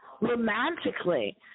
romantically